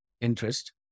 interest